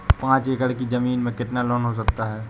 पाँच एकड़ की ज़मीन में कितना लोन हो सकता है?